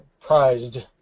prized